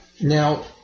now